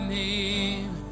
name